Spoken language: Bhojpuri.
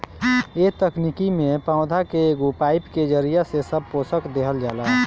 ए तकनीकी में पौधा के एगो पाईप के जरिया से सब पोषक देहल जाला